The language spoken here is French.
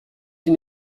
une